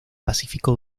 pacífico